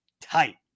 Tight